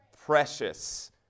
precious